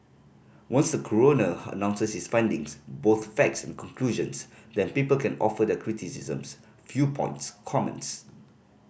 once coroner announces his findings both facts and conclusions then people can offer their criticisms viewpoints comments